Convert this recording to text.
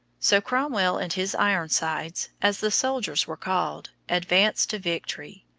so cromwell and his ironsides, as the soldiers were called, advanced to victory.